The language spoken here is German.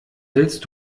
hälst